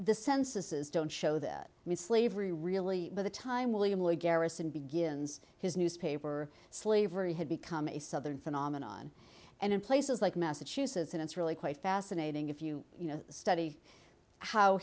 the censuses don't show that mean slavery really by the time william lloyd garrison begins his newspaper slavery had become a southern phenomenon and in places like massachusetts and it's really quite fascinating if you study how